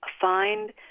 find